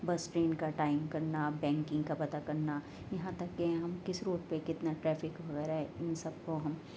بس ٹرین کا ٹائم کرنا بینکنگ کا پتہ کرنا یہاں تک کہ ہم کس روٹ پہ کتنا ٹریفک وغیرہ ہے ان سب کو ہم